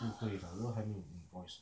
不会 lah 都还没有 invoice